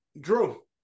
Drew